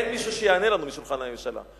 אין מישהו שיענה לנו משולחן הממשלה.